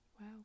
Wow